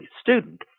student